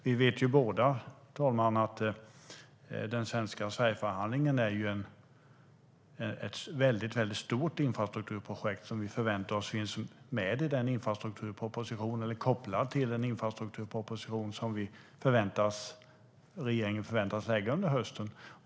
Vi vet båda att Sverigeförhandlingen är ett väldigt stort infrastrukturprojekt som vi förväntar oss finns med i eller kopplas till den infrastrukturproposition som regeringen förväntas lägga fram under hösten.